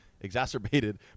exacerbated